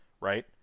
right